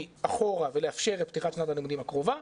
אחורה ולאפשר את פתיחת שנת הלימודים הקרובה,